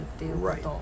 Right